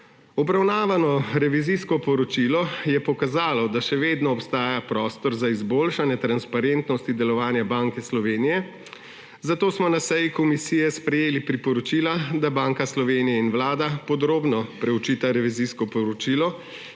Obravnavano revizijsko poročilo je pokazalo, da še vedno obstaja prostor za izboljšanje transparentnosti delovanja Banke Slovenije, zato smo na seji komisije sprejeli priporočila, da Banka Slovenije in Vlada podrobno preučita revizijsko poročilo